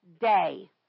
day